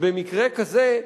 ובמקרה כזה,